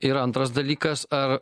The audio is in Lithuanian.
ir antras dalykas ar